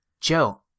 Joe